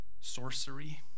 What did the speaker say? sorcery